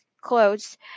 clothes